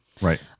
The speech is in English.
Right